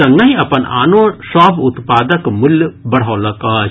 संगहि अपन आनो सभ उत्पादक मूल्य बढ़ौलक अछि